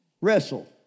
wrestle